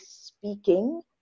speaking